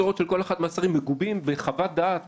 מגובים בחוות דעת